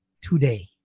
today